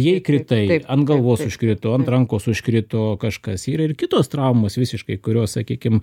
jei kritai ant galvos užkrito ant rankos užkrito kažkas yra ir kitos traumos visiškai kurios sakykim